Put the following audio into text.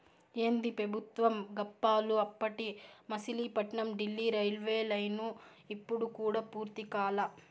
ఏందీ పెబుత్వం గప్పాలు, అప్పటి మసిలీపట్నం డీల్లీ రైల్వేలైను ఇప్పుడు కూడా పూర్తి కాలా